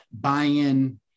buy-in